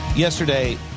Yesterday